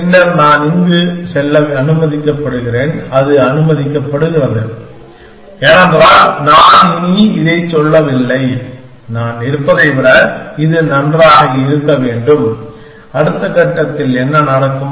பின்னர் நான் இங்கு செல்ல அனுமதிக்கப்படுகிறேன் அது அனுமதிக்கப்படுகிறது ஏனென்றால் நான் இனி இதைச் சொல்லவில்லை நான் இருப்பதை விட இது நன்றாக இருக்க வேண்டும் அடுத்த கட்டத்தில் என்ன நடக்கும்